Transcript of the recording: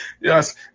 Yes